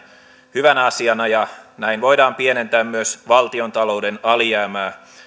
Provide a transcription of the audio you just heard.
hyvänä asiana ja näin voidaan pienentää myös valtiontalouden alijäämää